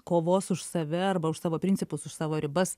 kovos už save arba už savo principus už savo ribas